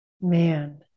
man